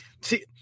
See